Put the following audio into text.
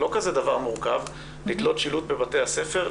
לא כזה דבר מורכב לתלות שילוט בבתי הספר,